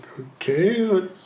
Okay